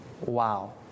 Wow